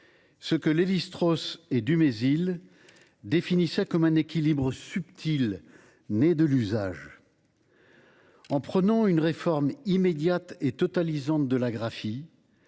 ce que Lévi Strauss et Dumézil définissaient comme “un équilibre subtil né de l’usage”. En prônant une réforme immédiate et totalisante de la graphie,